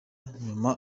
hanyuma